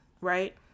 Right